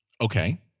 Okay